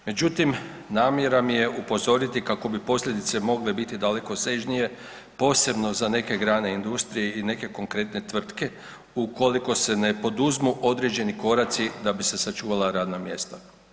Međutim, namjera mi je upozoriti kako bi posljedice mogle biti dalekosežnije posebno za neke grane industrije i neke konkretne tvrtke ukoliko se ne poduzmu određeni koraci da bi se sačuvala radna mjesta.